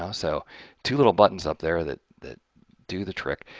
um so two little buttons up there that that do the trick.